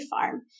Farm